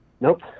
Nope